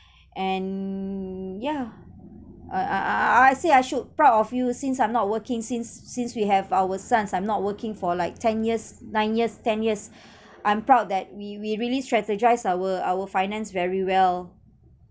and yeah uh I I I say I should proud of you since I'm not working since since we have our sons I'm not working for like ten years nine years ten years I'm proud that we we really strategised our our finance very well